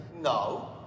No